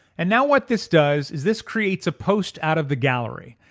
and now what this does is this creates a post out of the gallery.